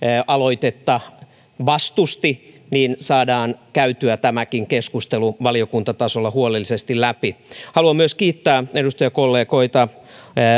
aloitetta vastustetaan niin saadaan käytyä tämäkin keskustelu valiokuntatasolla huolellisesti läpi haluan myös kiittää edustajakollegoita